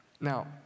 Now